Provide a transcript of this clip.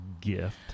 Gift